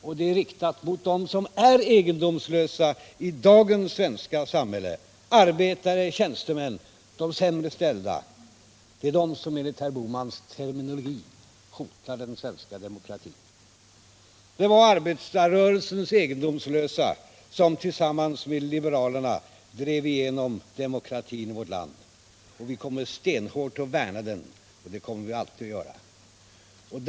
Och det är riktat mot dem som är egendomslösa i dagens svenska samhälle: arbetare, tjänstemän, de sämst ställda. Det är de som enligt herr Bohmans terminologi hotar den svenska demokratin. Det var arbetarrörelsens egendomslösa som tillsammans med liberalerna drev igenom demokratin i vårt land, och vi kommer stenhårt att värna om den. Det kommer vi alltid att göra.